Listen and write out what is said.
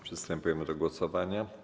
Przystępujemy do głosowania.